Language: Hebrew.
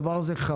זה דבר חמור.